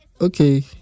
Okay